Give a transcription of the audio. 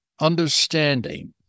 Understanding